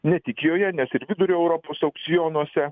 ne tik joje nes ir vidurio europos aukcionuose